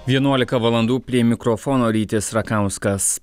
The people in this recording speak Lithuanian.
vienuolika valandų prie mikrofono rytis rakauskas